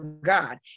God